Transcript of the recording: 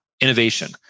innovation